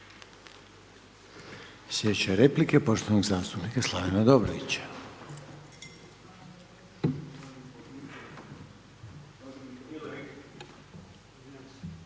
Sljedeća replika poštovanog zastupnika Slavena Dobrovića.